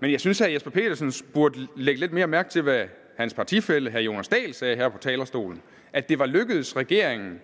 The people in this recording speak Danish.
Men jeg synes, at hr. Jesper Petersen burde lægge lidt mere mærke til, hvad hans partifælle, hr. Jonas Dahl, sagde her fra talerstolen, nemlig at det var lykkedes regeringen